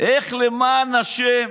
איך, למען השם,